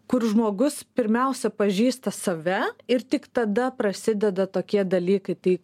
kur žmogus pirmiausia pažįsta save ir tik tada prasideda tokie dalykai tai